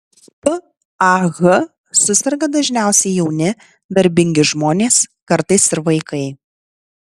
pah suserga dažniausiai jauni darbingi žmonės kartais ir vaikai